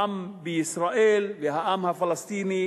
העם בישראל והעם הפלסטיני,